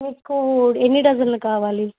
మీకు ఎన్ని డజన్లు కావాలి